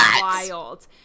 wild